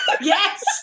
Yes